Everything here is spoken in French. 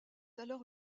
alors